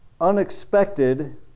unexpected